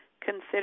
consider